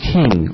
king